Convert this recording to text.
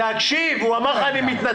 הוא אמר לך 'אני מתנצל'.